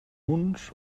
uns